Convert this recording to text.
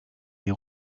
des